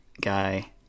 guy